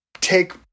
take